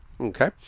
Okay